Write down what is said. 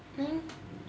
I think